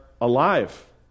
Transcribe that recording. alive